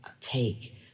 take